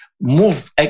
move